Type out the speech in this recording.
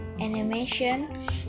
animation